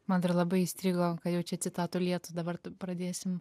man dar labai įstrigo kad jau čia citatų lietūs dabar pradėsim